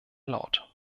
laut